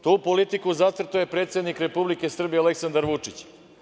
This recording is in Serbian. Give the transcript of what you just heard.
Tu politiku zacrtao je predsednik Republike Srbije Aleksandar Vučić.